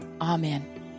Amen